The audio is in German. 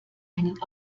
einen